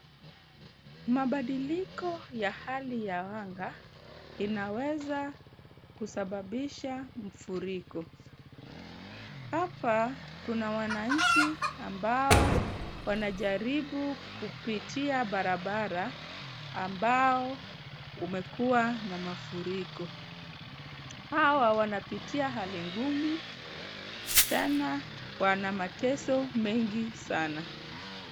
Mabadiliko ya hali ya anga, inaweza kusababisha mfuriko. Hapa kuna wananchi ambao wanajaribu kupitia barabara ambao umekuwa na mafuriko. Hawa wanapitia hali ngumu sana, wana mateso mengi sana.